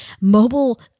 mobile